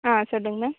ஆ சொல்லுங்க மேம்